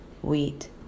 wheat